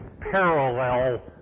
parallel